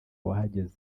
wahageze